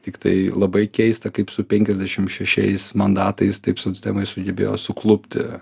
tiktai labai keista kaip su penkiasdešim šešiais mandatais taip socdemai sugebėjo suklupti